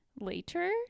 later